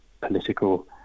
political